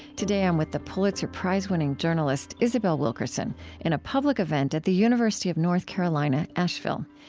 today, i'm with the pulitzer-prize winning journalist isabel wilkerson in a public event at the university of north carolina asheville.